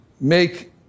make